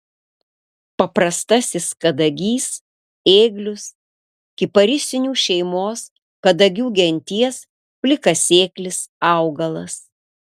paprastasis kadagys ėglius kiparisinių šeimos kadagių genties plikasėklis augalas